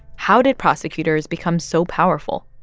how did prosecutors become so powerful,